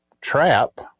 trap